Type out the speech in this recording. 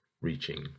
reaching